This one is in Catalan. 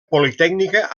politècnica